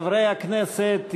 חברי הכנסת,